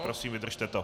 Prosím, vydržte to.